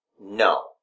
No